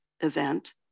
event